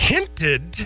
Hinted